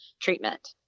treatment